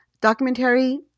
documentary